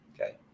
okay